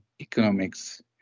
economics